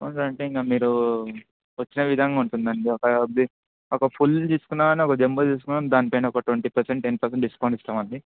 discount అంటే ఇంకా మీరు వచ్చిన విధంగా ఉంటుంది అండి ఒక ఒక ఫుల్ తీసుకున్నా కానీ ఒక జంబో తీసుకున్నా దానిపైన ఒక twenty percent ten percent discount ఇస్తాము అండి